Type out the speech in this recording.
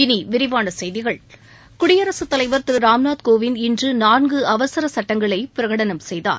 இனி விரிவான செய்திகள் குடியரசுத் தலைவர் திரு ராம்நாத் கோவிந்த் இன்று நான்கு அவசர சட்டங்களை பிரகடனம் செய்தார்